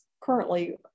currently